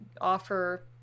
offer